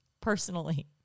personally